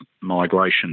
migration